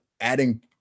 adding